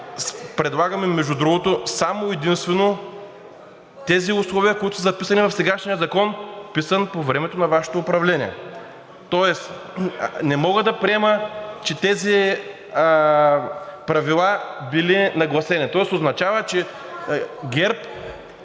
предлагаме само и единствено тези условия, които са записани в сегашния закон, писан по времето на Вашето управление. Тоест не мога да приема, че тези правила са били нагласени. Тоест означава, че ГЕРБ,